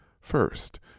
First